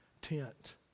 tent